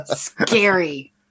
scary